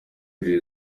jay